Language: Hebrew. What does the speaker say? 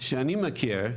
שאני מכיר,